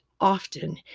often